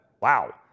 Wow